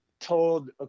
told